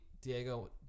Diego